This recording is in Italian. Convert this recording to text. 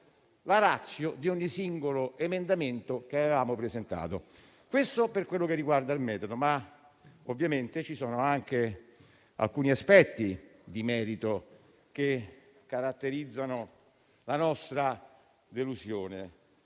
la *ratio* di ogni singola proposta emendativa presentata. Questo per quanto riguarda il metodo, ma ovviamente ci sono anche alcuni aspetti di merito che caratterizzano la nostra delusione.